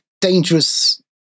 dangerous